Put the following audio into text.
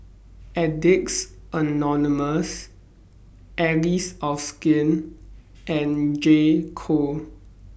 Addicts Anonymous Allies of Skin and J Co